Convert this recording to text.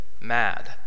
mad